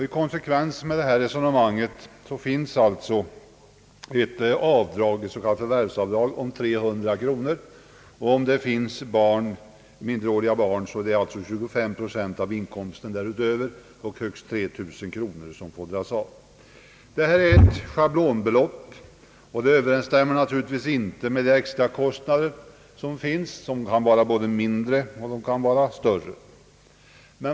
I konsekvens med detta resonemang finns alltså ett s.k. förvärvsavdrag om 300 kronor, och om det finns minderåriga barn är det dessutom 25 procent av inkomsten och högst 3 000 kronor som får dras av. Detta är ett schablonbelopp, och det överensstämmer naturligtvis inte med de extra kostnader som förekommer och som kan vara både mindre och större.